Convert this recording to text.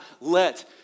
let